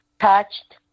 touched